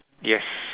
yes